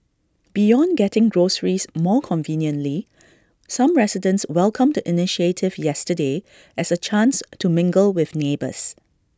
beyond getting groceries more conveniently some residents welcomed the initiative yesterday as A chance to mingle with neighbours